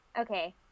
Okay